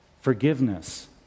Forgiveness